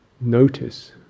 notice